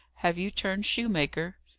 have you turned shoemaker?